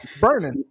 burning